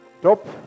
top